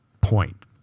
point